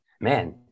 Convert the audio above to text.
man